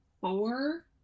four